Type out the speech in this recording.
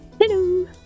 Hello